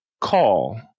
call